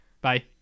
Bye